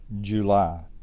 July